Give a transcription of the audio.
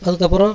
அதுக்கு அப்பறம்